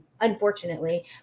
unfortunately